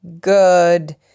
good